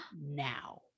now